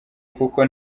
kuko